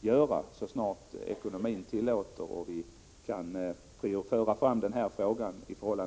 göra det så snart ekonomin tillåter det i avvägningen mot alla andra krav.